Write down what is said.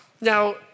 Now